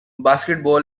basketball